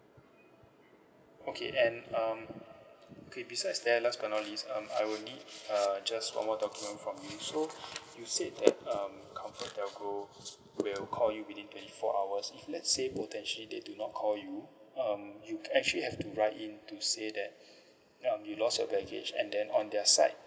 okay and um okay besides that last but not least um I will need uh just one more document from you so you said that um comfortdelgro will call you within twenty four hours if let's say potentially they do not call you um you actually have to write in to say that um you lost your baggage and then on their side